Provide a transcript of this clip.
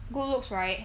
good looks right